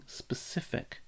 specific